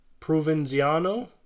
Provenziano